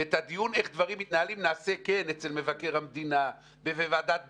ואת הדיון איך דברים מתנהלים נעשה כן אצל מבקר המדינה ובוועדת ביקורת,